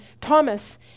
Thomas